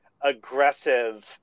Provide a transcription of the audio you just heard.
aggressive